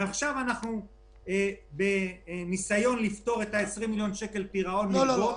ועכשיו אנחנו בניסיון לפתור את ה-20 מיליון שקל פירעון מלוות,